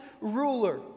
ruler